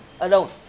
alone